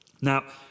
Now